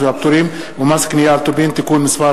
והפטורים ומס קנייה על טובין (תיקון מס'